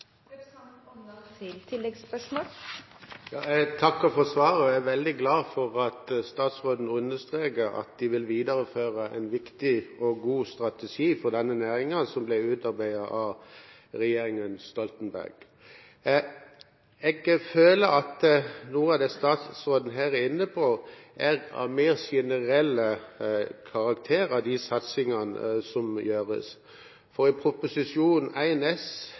Jeg takker for svaret. Jeg er veldig glad for at statsråden understreker at en vil videreføre en viktig og god strategi for denne næringen, en strategi som ble utarbeidet av regjeringen Stoltenberg. Jeg føler at noe av det statsråden her er inne på, er av mer generell karakter når det gjelder de satsingene som gjøres. I Prop. 1 S